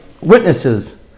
witnesses